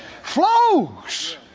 flows